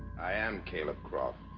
i am caleb croft